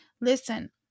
Listen